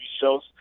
shows